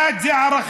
דת זה ערכים,